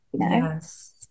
Yes